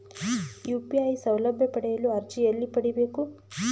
UPI ಸೌಲಭ್ಯ ಪಡೆಯಲು ಅರ್ಜಿ ಎಲ್ಲಿ ಪಡಿಬೇಕು?